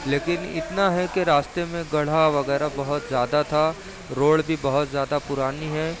لیکن اتنا ہے کہ راستے میں گڑھا وغیرہ بہت زیادہ تھا روڈ بھی بہت زیادہ پرانی ہے